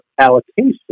allocation